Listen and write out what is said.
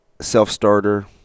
Self-starter